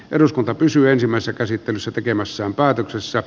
eduskunta pysyy ensimmäisen käsittelyssä tekemässään päätöksessä